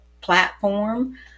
platform